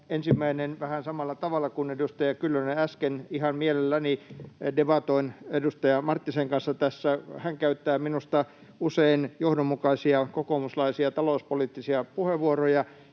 ensimmäinen vähän samalla tavalla kuin edustaja Kyllösellä äsken. Ihan mielelläni debatoin edustaja Marttisen kanssa tässä. Hän käyttää minusta usein johdonmukaisia kokoomuslaisia talouspoliittisia puheenvuoroja,